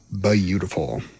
Beautiful